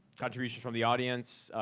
contributions from the audience.